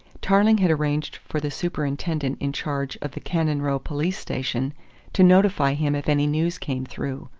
tarling had arranged for the superintendent in charge of the cannon row police station to notify him if any news came through.